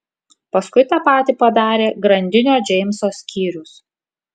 paskui tą patį padarė grandinio džeimso skyrius